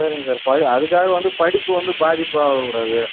சரிங்க சார் ப அதுக்காக வந்து படிப்பு வந்து பாதிப்பு ஆகக்கூடாது